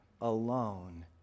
alone